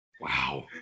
Wow